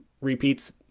repeats